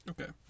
Okay